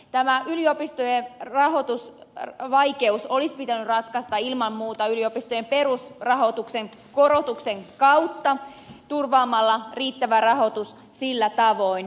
tämä yliopistojen rahoitusvaikeus olisi pitänyt ratkaista ilman muuta yliopistojen perusrahoituksen korotuksen kautta turvaamalla riittävä rahoitus sillä tavoin